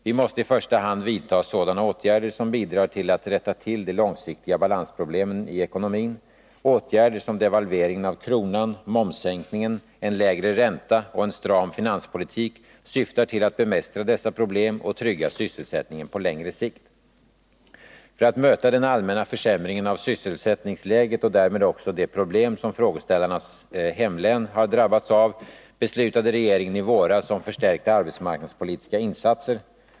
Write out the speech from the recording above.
Vi måste i första hand vidta sådana åtgärder som bidrar till att rätta till de långsiktiga balansproblemen i ekonomin. Åtgärder som devalveringen av kronan, momssänkningen, en lägre ränta och en stram finanspolitik syftar till att bemästra dessa problem och trygga sysselsättningen på längre sikt. För att möta den allmänna försämringen av sysselsättningsläget och därmed också de problem som frågeställarnas hemlän har drabbats av beslutade regeringen i våras om förstärkta arbetsmarknadspolitiska insatser.